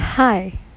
Hi